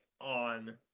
on